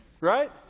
Right